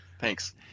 Thanks